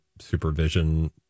supervision